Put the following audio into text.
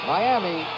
Miami